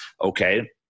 Okay